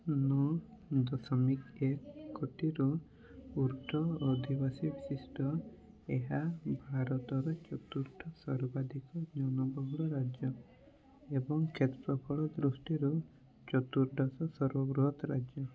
ନଅ ଦଶମିକ କୋଟିରୁ ଉର୍ଦ୍ଧ୍ଵ ଅଧିବାସୀ ବିଶିଷ୍ଟ ଏହା ଭାରତର ଚତୁର୍ଥ ସର୍ବାଧିକ ଜନବହୁଳ ରାଜ୍ୟ ଏବଂ କ୍ଷେତ୍ରଫଳ ଦୃଷ୍ଟିରୁ ଚତୁର୍ଦ୍ଦଶ ସର୍ବବୃହତ୍ ରାଜ୍ୟ